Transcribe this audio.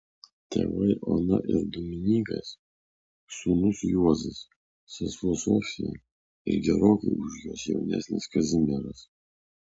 tėvai ona ir dominykas sūnus juozas sesuo sofija ir gerokai už juos jaunesnis kazimieras